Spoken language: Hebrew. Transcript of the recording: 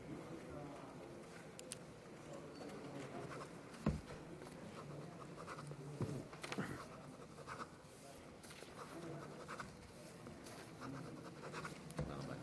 בבקשה,